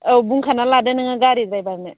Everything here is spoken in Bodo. औ बुंखाना लादो नोङो गारि ड्रायभारनो